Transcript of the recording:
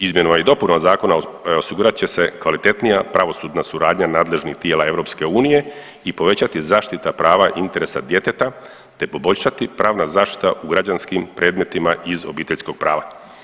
Izmjenama i dopunama zakona osigurat će se kvalitetnija pravosudna suradnja nadležnih tijela EU i povećati zaštita prava interesa djeteta, te poboljšati pravna zaštita u građanskim predmetima iz obiteljskog prava.